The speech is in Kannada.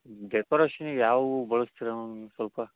ಡೆಕೋರೇಷನ್ನಿಗೆ ಯಾವ ಹೂ ಬಳಸ್ತೀರಾ ಮ್ಯಾಮ್ ನೀವು ಸ್ವಲ್ಪ